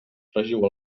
fregiu